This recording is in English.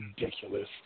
Ridiculous